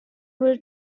will